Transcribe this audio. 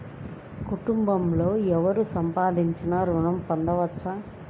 కుటుంబంలో ఎవరు సంపాదించినా ఋణం పొందవచ్చా?